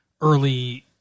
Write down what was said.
early